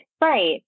Right